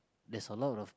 there's a lot of